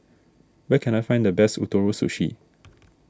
where can I find the best Ootoro Sushi